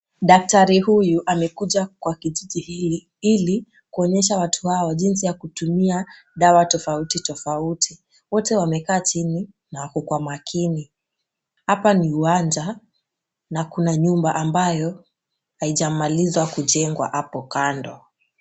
Daktari huyu amekuja kwa kijiji hili, ili kuonyesha watu hawa jinsi ya kutumia dawa tofauti tofauti. Wote wamekaa chini na wako kwa makini. Hapa ni uwanja na kuna nyumba ambayo haijamalizwa kujengwa apo kando.